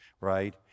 right